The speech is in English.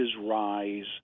rise